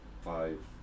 five